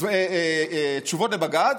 תשובות לבג"ץ,